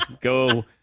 Go